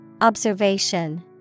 Observation